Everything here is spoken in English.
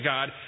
God